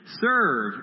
serve